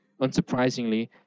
Unsurprisingly